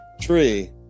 tree